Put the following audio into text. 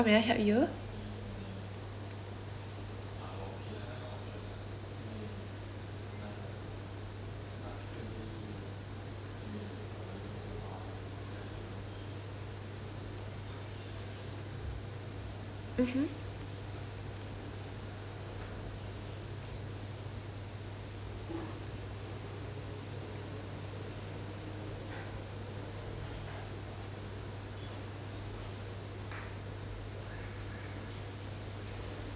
mmhmm okay